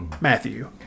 Matthew